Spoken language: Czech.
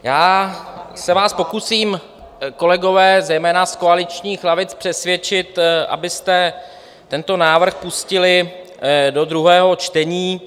Já se vás pokusím, kolegové, zejména z koaličních lavic, přesvědčit, abyste tento návrh pustili do druhého čtení.